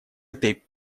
этой